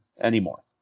anymore